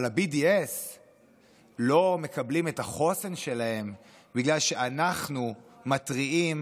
אבל ה-BDS לא מקבלים את החוסן שלהם בגלל שאנחנו מתריעים